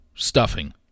stuffing